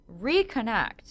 reconnect